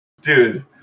Dude